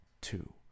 two